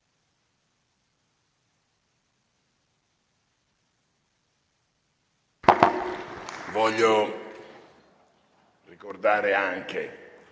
Voglio ricordare anche